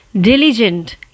Diligent